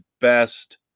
best